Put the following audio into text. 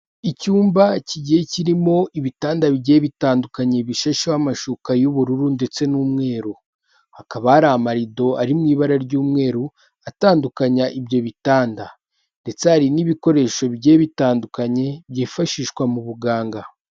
Icyumba kigiye kirimo ibitanda bigiye bitandukanye bishasheho amashuka y'ubururu ndetse n'umweru, hakaba hari amarido ari mu ibara ry'umweru atandukanya ibyo bitanda ndetse hari n'ibikoresho bigiye bitandukanye, byifashishwa mu buganga.